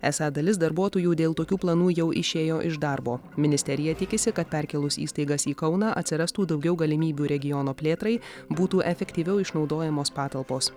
esą dalis darbuotojų dėl tokių planų jau išėjo iš darbo ministerija tikisi kad perkėlus įstaigas į kauną atsirastų daugiau galimybių regiono plėtrai būtų efektyviau išnaudojamos patalpos